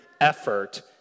effort